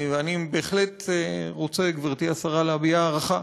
אני בהחלט רוצה, גברתי השרה, להביע הערכה